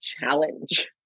challenge